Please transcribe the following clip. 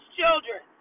children